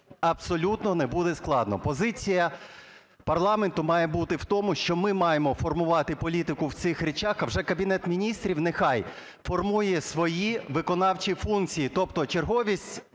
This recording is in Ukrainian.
абсолютно не буде складно. Позиція парламенту має бути в тому, що ми маємо формувати політику в цих речах, а вже Кабінет Міністрів нехай формує свої виконавчі функції, тобто черговість